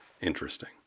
interesting